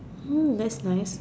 oh that's nice